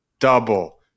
Double